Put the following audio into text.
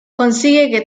consigue